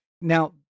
Now